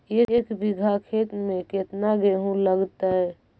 एक बिघा खेत में केतना गेहूं लगतै?